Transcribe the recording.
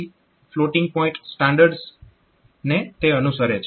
અને તે IEEE floating point standards ને અનુસરે છે